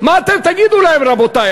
מה אתם תגידו להם, רבותי?